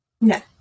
No